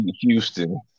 Houston